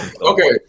Okay